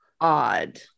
odd